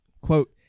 Quote